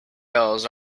girls